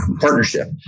partnership